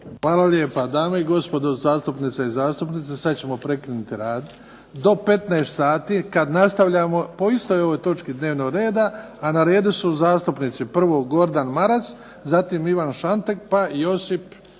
Hvala lijepa. Dame i gospodo zastupnice i zastupnici, sad ćemo prekinuti rad do 15 sati kad nastavljamo po istoj ovoj točki dnevnog reda, a na redu su zastupnici, prvo Gordan Maras, zatim Ivan Šantek, pa Josip Salapić